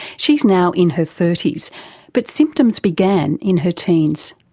she's now in her thirty s but symptoms began in her teens.